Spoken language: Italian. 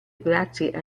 grazie